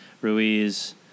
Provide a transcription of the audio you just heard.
Ruiz